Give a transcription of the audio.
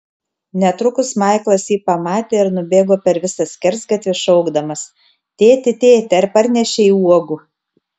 netrukus maiklas jį pamatė ir nubėgo per visą skersgatvį šaukdamas tėti tėti ar parnešei uogų